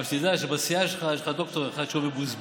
רק תדע לך שבסיעה שלך יש לך דוקטור אחד שהוא מבוזבז,